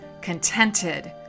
contented